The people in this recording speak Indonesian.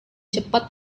cepat